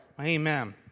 Amen